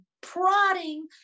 prodding